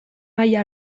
maila